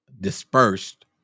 dispersed